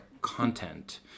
content